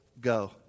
go